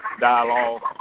dialogue